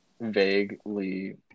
vaguely